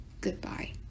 Goodbye